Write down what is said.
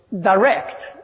direct